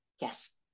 Yes